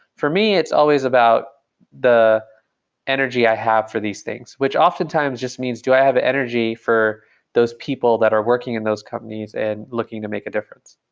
for me, it's always about the energy i have for these things, which oftentimes just means do i have energy for those people that are working in those companies and looking to make a difference.